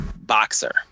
boxer